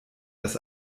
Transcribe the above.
dass